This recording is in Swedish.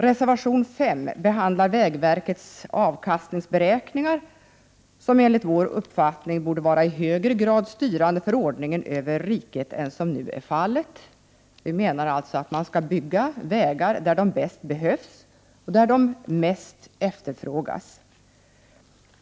Reservation 5 behandlar vägverkets avkastningsberäkningar som enligt vår uppfattning i högre grad borde vara styrande för ordningen över riket än vad som nu är fallet. Vi menar alltså att man skall bygga vägar där de bäst behövs och mest efterfrågas.